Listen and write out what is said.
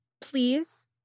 please